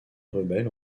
rebelles